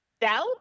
doubt